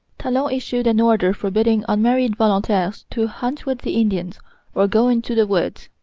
talon issued an order forbidding unmarried volontaires to hunt with the indians or go into the woods,